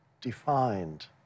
defined